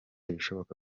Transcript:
ibishoboka